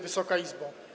Wysoka Izbo!